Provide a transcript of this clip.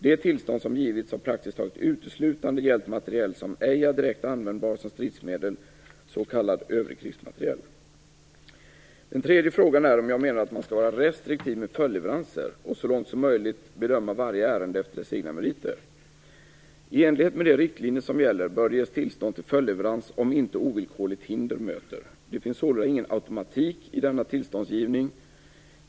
De tillstånd som givits har praktiskt taget uteslutande gällt materiel som ej är direkt användbar som stridsmedel, s.k. övrig krigsmateriel. Den tredje frågan är om jag menar att man skall vara restriktiv med följdleveranser och så långt som möjligt bedöma varje ärende efter dess egna meriter. I enlighet med de riktlinjer som gäller bör det ges tillstånd till följdleverans om inte ovillkorligt hinder möter. Det finns sålunda ingen automatik i denna tillståndsgivning.